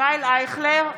ישראל אייכלר,